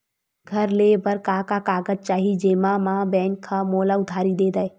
घर ले बर का का कागज चाही जेम मा बैंक हा मोला उधारी दे दय?